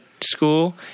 school